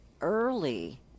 early